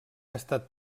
estat